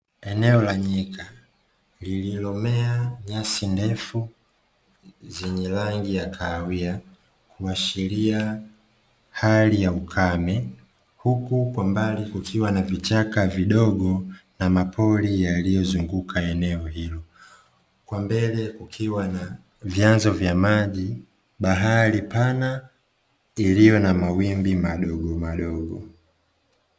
Eneo la nyika lililomea nyasi ndefu zenye rangi ya kahawia kuashiria hali ya ukame, huku kwa mbali kukiwa na vichaka vidogo na mapori yaliyozunguka eneo hilo, kwa mbele kukiwa na vyanzo vya maji, bahari pana iliyo na mawimbi madogomadogo.